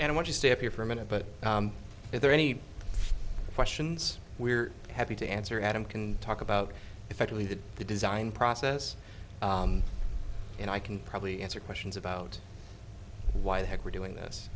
and i want to stay here for a minute but is there any questions we're happy to answer adam can talk about effectively to the design process and i can probably answer questions about why the heck we're doing this